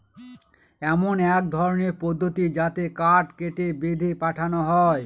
এমন এক ধরনের পদ্ধতি যাতে কাঠ কেটে, বেঁধে পাঠানো হয়